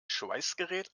schweißgerät